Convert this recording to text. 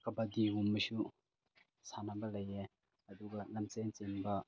ꯀꯕꯥꯗꯤꯒꯨꯝꯕꯁꯨ ꯁꯥꯟꯅꯕ ꯂꯩꯌꯦ ꯑꯗꯨꯒ ꯂꯝꯖꯦꯜ ꯆꯦꯟꯕ